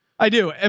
i do. and